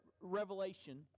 Revelation